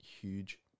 huge